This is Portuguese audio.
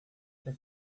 quer